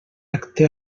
acte